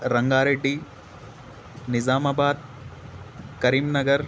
رنگا ریڈی نظام آباد کریم نگر